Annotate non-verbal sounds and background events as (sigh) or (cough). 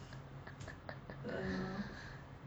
(laughs)